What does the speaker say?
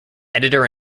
editor